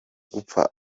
gupfa